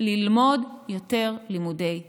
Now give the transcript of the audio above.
ללמוד יותר לימודי ליבה,